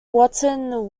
wootton